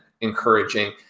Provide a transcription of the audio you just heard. encouraging